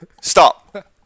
Stop